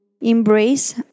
embrace